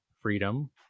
freedom